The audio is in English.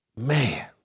man